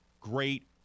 Great